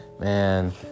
man